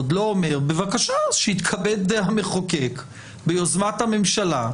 לא אומרת שיתכבד המחוקק ביוזמת הממשלה.